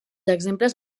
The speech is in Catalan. exemples